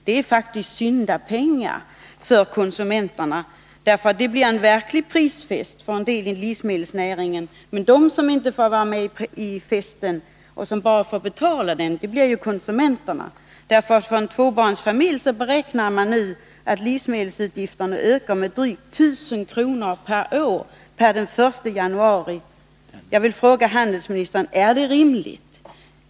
Det är faktiskt syndapengar för konsumenterna, ty det blir en verklig prisfest för livsmedelsnäringen, men de som inte får delta i festen och som bara får betala den blir konsumenterna. Det beräknas att livsmedelsutgifterna för en tvåbarnsfamilj ökar med drygt 1000 kr. per år per den 1 januari. Jag vill fråga handelsministern: är detta rimligt?